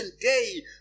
day